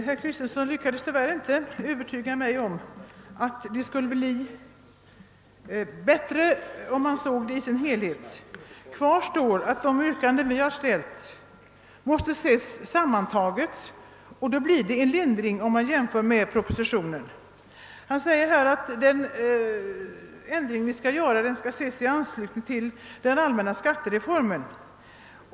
Herr talman! Herr Kristenson lyckades inte övertyga mig. Kvar står att våra yrkanden i motionen sammantagna leder till en lindring i jämförelse Herr Kristenson sade att den föreslagna ändringen av sjömansskatteförordningen skall ses mot bakgrund av den allmänna skattereformen.